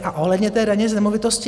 A ohledně té daně z nemovitosti.